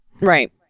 right